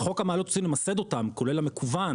בחוק המעליות שאנחנו צריכים למסד אותם כולל המקוון,